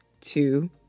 two